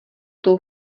tou